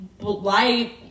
light